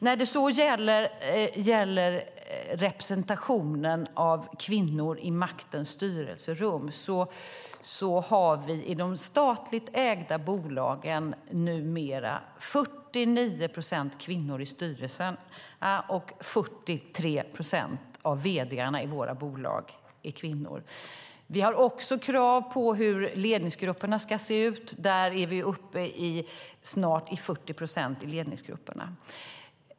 När det så gäller representationen av kvinnor i maktens styrelserum har vi i de statligt ägda bolagen numera 49 procent i styrelserna, och 43 procent av vd:arna i våra bolag är kvinnor. Vi har också krav på hur ledningsgrupperna ska se ut, och där är vi uppe i snart 40 procent.